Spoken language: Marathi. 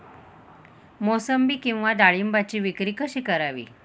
मोसंबी किंवा डाळिंबाची विक्री कशी करावी?